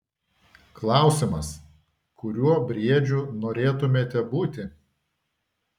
klausimas kuriuo briedžiu norėtumėte būti